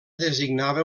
designava